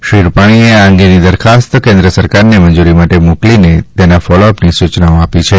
શ્રી રૂપાણીએ આ અંગેની દરખાસ્ત કેન્દ્ર સરકારને મંજૂરી માટે મોકલીને તેના ફોલોઅપની સૂચનાઓ આપી છે